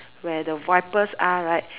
where the wipers are right